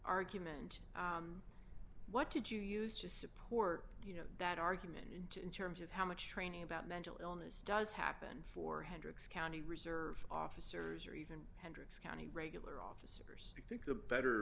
argument what did you use to support you know that argument into in terms of how much training about mental illness does happen for hendricks county reserve officers or even hendricks county regular office